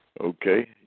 Okay